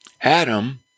Adam